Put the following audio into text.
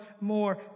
more